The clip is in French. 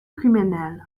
criminelle